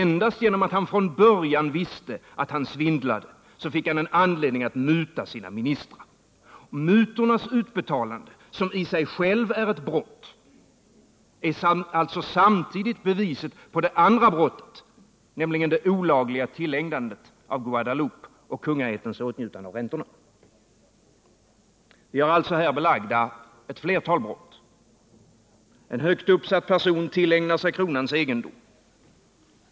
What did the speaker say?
Endast på grund av att han från början visste att han svindlade hade han anledning att muta sina ministrar. Mutornas utbetalande, som i sig självt är ett brott, är alltså samtidigt beviset på det andra brottet, nämligen det olagliga tillägnandet av Guadeloupe och kungaättens åtnjutande av räntorna. Vi har alltså här belagda ett flertal brott: En högt uppsatt person tillägnar sig kronans egendom.